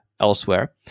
elsewhere